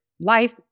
life